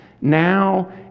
now